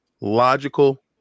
logical